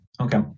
Okay